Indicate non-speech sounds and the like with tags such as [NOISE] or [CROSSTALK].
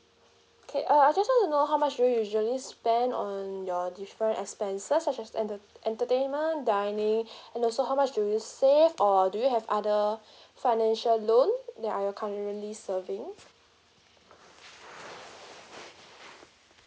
okay uh I just want to know how much do you usually spend on your different expenses such as enter~ entertainment dining [BREATH] and also how much do you save or do you have other [BREATH] financial loan that are you currently serving